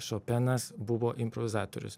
šopenas buvo improvizatorius